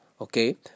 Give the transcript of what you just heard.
okay